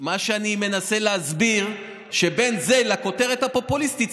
מה שאני מנסה להסביר הוא שבין זה לבין הכותרת הפופוליסטית,